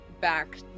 back